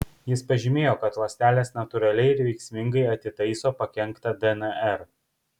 jis pažymėjo kad ląstelės natūraliai ir veiksmingai atitaiso pakenktą dnr